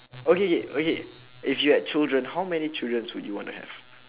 okay okay if you had children how many children would you want to have